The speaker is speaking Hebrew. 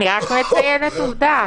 אני רק מציינת עובדה.